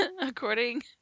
According